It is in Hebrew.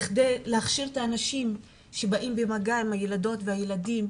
בכדי להכשיר את האנשים שבאים במגע עם הילדות והילדים,